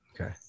Okay